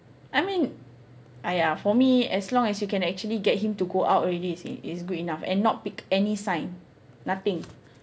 I mean !aiya! for me as long as you can actually get him to go out already is is good enough and not pick any sign nothing